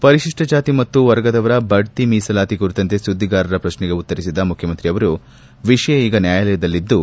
ಪರಿಶಿಷ್ಟ ಜಾತಿ ಮತ್ತು ವರ್ಗದವರ ಭಡ್ತಿ ಮೀಸಲಾತಿ ಕುರಿತಂತೆ ಸುದ್ದಿಗಾರರ ಪ್ರಶ್ನೆಗೆ ಉತ್ತರಿಸಿದ ಅವರು ವಿಷಯ ಈಗ ನ್ಯಾಯಾಲಯದಲ್ಲಿದ್ದು